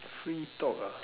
free talk ah